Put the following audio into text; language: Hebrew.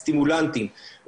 סטימולנטים,